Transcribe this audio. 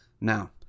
Now